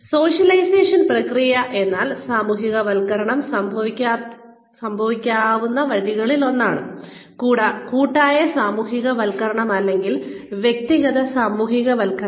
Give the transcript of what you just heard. socialisation പ്രക്രിയ എന്നാൽ സാമൂഹികവൽക്കരണം സംഭവിക്കാവുന്ന വഴികളിലൊന്നാണ് കൂട്ടായ സാമൂഹികവൽക്കരണം അല്ലെങ്കിൽ വ്യക്തിഗത സാമൂഹികവൽക്കരണം